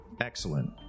Excellent